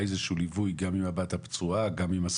היה איזה שהוא ליווי עם הבת הפצועה שלך